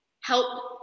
help